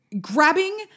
grabbing